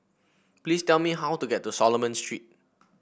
please tell me how to get to Solomon Street